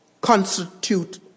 constitute